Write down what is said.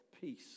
peace